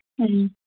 ꯎꯝ